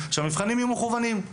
ושהמבחנים יהיו מקוונים.